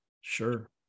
Sure